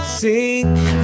sing